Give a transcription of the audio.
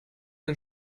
den